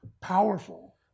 powerful